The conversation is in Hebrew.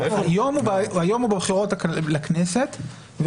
היום הוא בבחירות לכנסת,